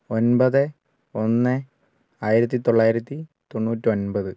ഒൻപത് ഒന്ന് ആയിരത്തിത്തൊള്ളായിരത്തി തൊണ്ണൂറ്റൊൻപത്